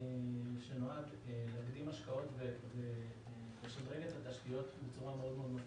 שנועד להקדים השקעות ולשדרג את התשתיות בצורה מאוד מאוד...